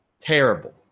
Terrible